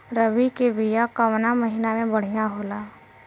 रबी के बिया कवना महीना मे बढ़ियां होला?